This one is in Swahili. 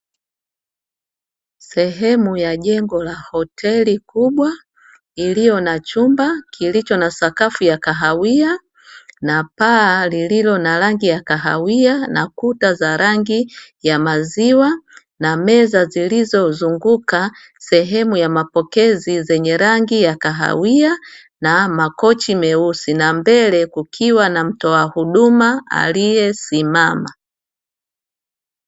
Sehemu ya jengo la hoteli kubwa, iliyo na chumba kilicho na sakafu ya kahawia, na paa lililo na rangi ya kahawia, na kuta za rangi ya maziwa na meza zilizozunguka sehemu ya mapokezi, zenye rangi ya kahawia na makochi meusi na mbele kukiwa na mtoa huduma aliyesimama .